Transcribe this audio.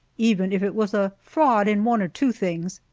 even if it was a fraud in one or two things,